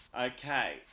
Okay